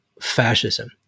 fascism